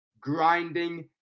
grinding